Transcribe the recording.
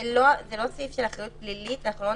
זה לא סעיף של אחריות פלילית, אנחנו לא